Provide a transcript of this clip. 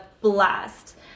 blast